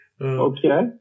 okay